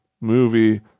movie